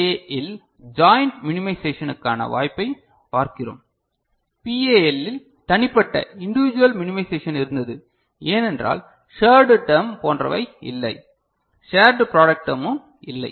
ஏ இல் ஜாயின்ட் மினிமைசேஷனுக்கான வாய்ப்பைப் பார்க்கிறோம் பிஏஎல் இல் தனிப்பட்ட இண்டிவிஜூவல் மினிமைசேஷன் இருந்தது ஏனென்றால் ஷேர்ட் டெர்ம் போன்றவை இல்லை ஷேர்ட் ப்ராடெக்ட் டேர்மும் இல்லை